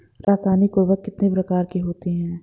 रासायनिक उर्वरक कितने प्रकार के होते हैं?